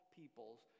peoples